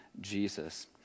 Jesus